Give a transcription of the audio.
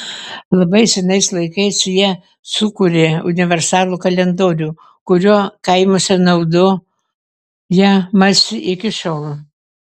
labai senais laikais jie sukūrė universalų kalendorių kuriuo kaimuose naudojamasi iki šiol